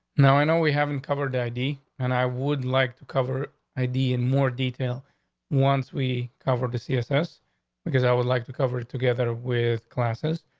now, i know we haven't covered id, and i would like to cover id and more detail once we covered the c s s because i would like to cover together with classes.